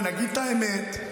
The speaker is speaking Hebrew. נגיד את האמת,